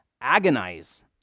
Agonize